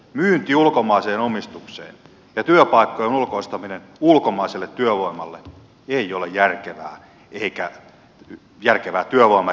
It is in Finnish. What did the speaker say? myynti ulkomaiseen omistukseen ja työpaikkojen ulkoistaminen ulkomaiselle työvoimalle ei ole järkevää työvoima eikä talouspolitiikkaa